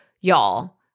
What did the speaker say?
y'all